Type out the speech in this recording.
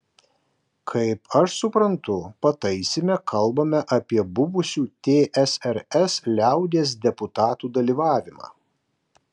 kaip aš suprantu pataisyme kalbame apie buvusių tsrs liaudies deputatų dalyvavimą